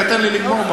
תן לי לגמור,